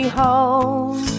home